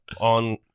on